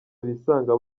bisanga